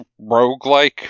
roguelike